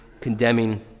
condemning